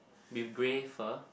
with grey fur